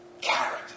character